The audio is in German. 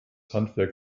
handwerk